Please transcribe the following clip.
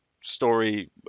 story